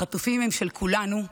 החטופים הם של כולנו,